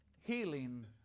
Healing